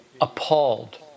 appalled